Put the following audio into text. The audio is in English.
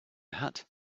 hat